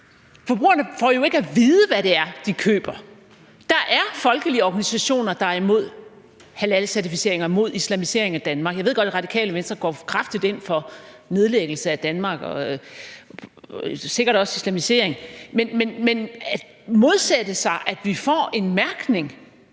Forbrugerne får jo ikke at vide, hvad det er, de køber. Der er folkelige organisationer, der er imod halalcertificering og imod islamisering af Danmark. Jeg ved godt, at Radikale Venstre går kraftigt ind for nedlæggelse af Danmark og sikkert også islamisering; men at modsætte sig, at vi får en mærkningsordning,